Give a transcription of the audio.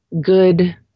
good